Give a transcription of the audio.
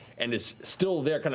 and it's still there,